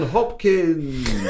Hopkins